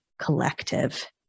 collective